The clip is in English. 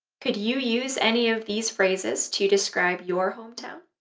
could you use any of these phrases to describe your hometown?